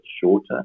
shorter